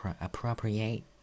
appropriate